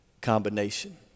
combination